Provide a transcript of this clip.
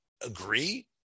agree